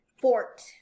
fort